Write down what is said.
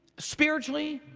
spiritually,